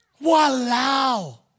Wow